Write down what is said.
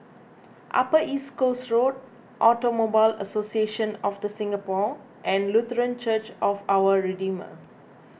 Upper East Coast Road Automobile Association of the Singapore and Lutheran Church of Our Redeemer